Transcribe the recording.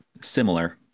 similar